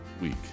week